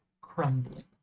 Crumbling